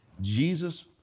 Jesus